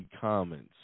comments